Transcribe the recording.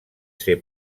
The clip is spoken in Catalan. ser